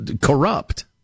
corrupt